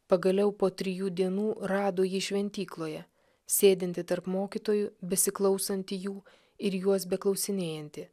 pagaliau po trijų dienų rado jį šventykloje sėdintį tarp mokytojų besiklausantį jų ir juos beklausinėjantį